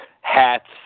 hats